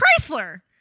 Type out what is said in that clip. Chrysler